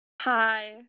Hi